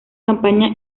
campaña